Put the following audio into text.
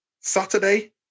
Saturday